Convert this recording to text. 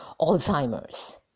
Alzheimer's